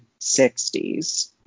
60s